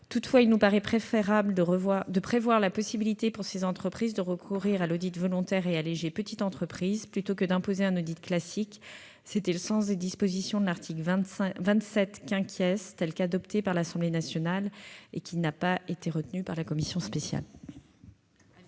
Toutefois il nous paraît préférable de prévoir la possibilité, pour ces entreprises, de recourir à l'audit volontaire et allégé pour les petites entreprises, plutôt que d'imposer un audit classique. Tel était le sens des dispositions de l'article 27 , telles qu'elles ont été adoptées par l'Assemblée nationale, et qui n'ont pas été retenues par la commission spéciale.